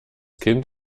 kind